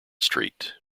street